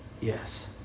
Yes